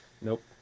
Nope